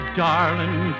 darling